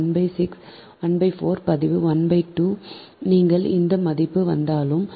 இப்போது இதற்குப் பிறகு நீங்கள் I a I b மற்றும் I c I I a I a I b I c இந்த மதிப்புகள் கொடுக்கப்பட்டுள்ளன